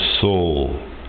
soul